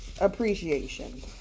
appreciation